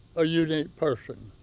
a unique person.